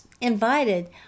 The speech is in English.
invited